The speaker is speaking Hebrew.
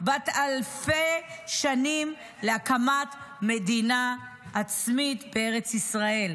בת אלפי שנים להקמת מדינה עצמאית בארץ ישראל.